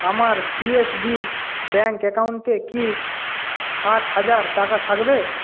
আমার CSB bank অ্যাকাউন্টে কি ষাট হাজার টাকা থাকবে